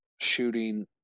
shooting